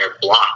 block